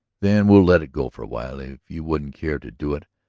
then we'll let it go for a while. if you wouldn't care to do it,